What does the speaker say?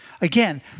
Again